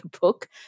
book